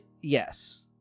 Yes